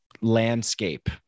landscape